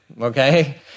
Okay